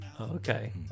okay